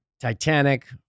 Titanic